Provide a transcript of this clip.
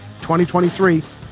2023